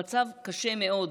המצב קשה מאוד.